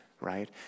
right